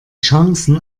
chancen